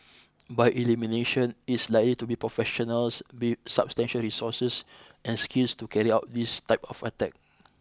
by elimination it's likely to be professionals with substantial resources and skills to carry out this type of attack